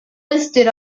listed